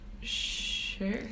Sure